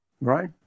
Right